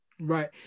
Right